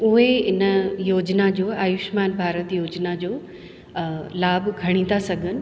उहे इन योजना जो आयुष्मान भारत योजना जो लाभु खणी था सघनि